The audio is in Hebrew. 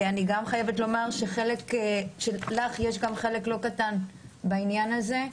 ואני חייבת לומר שלך יש חלק לא קטן בעניין הזה.